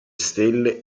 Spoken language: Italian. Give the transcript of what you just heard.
stelle